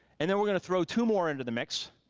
and then we're gonna throw two more into the mix.